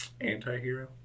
Anti-hero